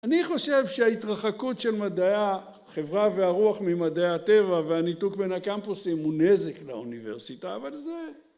אני חושב שההתרחקות של מדעי החברה והרוח ממדעי הטבע והניתוק בין הקמפוסים הוא נזק לאוניברסיטה, אבל זה...